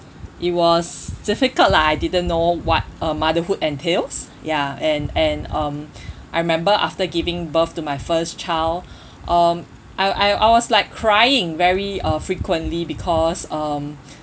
it was difficult lah I didn't know what uh motherhood entails ya and and um I remember after giving birth to my first child um I I I was like crying very uh frequently because um